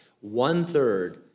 one-third